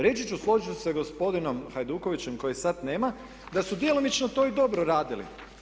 Reći ću, složit ću se sa gospodinom Hajdukovićem kojeg sad nema, da su djelomično to i dobro radili.